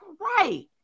right